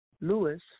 Lewis